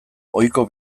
ohiko